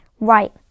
Right